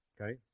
Okay